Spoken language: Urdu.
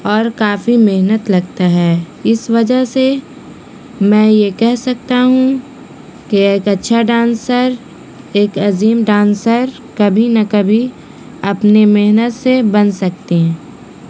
اور کافی محنت لگتا ہے اس وجہ سے میں یہ کہہ سکتا ہوں کہ ایک اچھا ڈانسر ایک عظیم ڈانسر کبھی نہ کبھی اپنے محنت سے بن سکتی ہیں